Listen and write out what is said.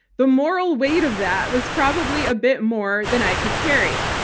the moral weight of that was probably a bit more than i could carry.